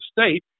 State